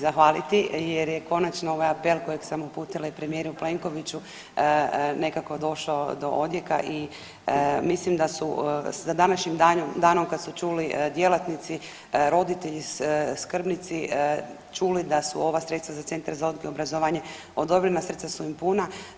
zahvaliti jer je konačno ovaj apel kojeg sam uputila i premijeru Plenkoviću nekako došao do odjeka i mislim da su sa današnjim danom kada su čuli djelatnici, roditelji, skrbnici čuli da su ova sredstva za Centar za odgoj i obrazovanje odobrena srca su im puna.